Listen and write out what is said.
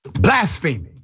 Blasphemy